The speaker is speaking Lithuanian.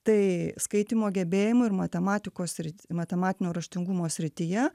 tai skaitymo gebėjimų ir matematikos sri matematinio raštingumo srityje